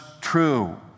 true